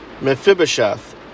Mephibosheth